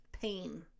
pain